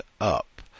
up